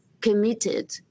committed